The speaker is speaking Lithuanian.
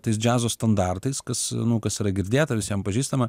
tais džiazo standartais kas kas yra girdėta visiem pažįstama